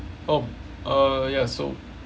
oh uh ya so